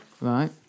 Right